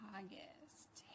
August